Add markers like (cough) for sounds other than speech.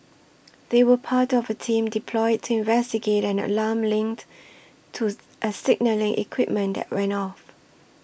they were part of a team deployed to investigate an alarm linked to (noise) a signalling equipment that went off